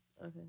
Okay